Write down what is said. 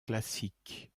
classique